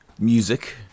music